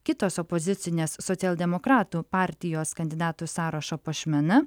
kitos opozicinės socialdemokratų partijos kandidatų sąrašo puošmena